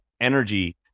energy